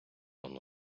воно